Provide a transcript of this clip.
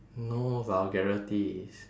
no vulgarities